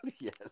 Yes